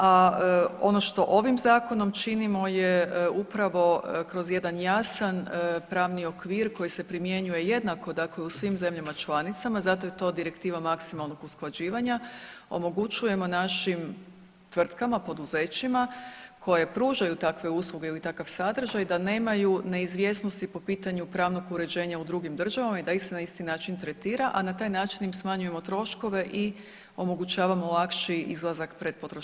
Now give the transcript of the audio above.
A ono što ovim zakonom činimo je upravo kroz jedan jasan pravni okvir koji se primjenjuje jednako dakle u svim zemljama članicama zato je to direktiva maksimalnog usklađivanja, omogućujemo našim tvrtkama, poduzećima koje pružaju takve usluge ili takav sadržaj da nemaju neizvjesnosti po pitanju pravnog uređenja u drugim državama i da ih se na isti način tretira, a na taj način im smanjujemo troškove i omogućavamo lakši izlazak pred potrošača.